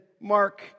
Mark